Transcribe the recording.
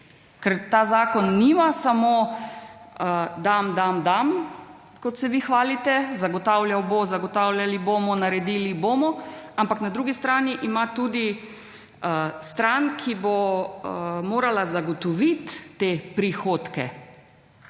Ker ta zakon nima samo dam, dam, dam, kot se vi hvalite, zagotavljal bo, zagotavljali bomo, naredili bomo, ampak na drugi strani ima tudi stran, ki bo morala zagotoviti te prihodke.